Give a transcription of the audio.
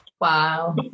Wow